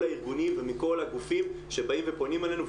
הארגונים ומכל הגופים שבאים ופונים אלינו,